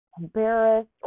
embarrassed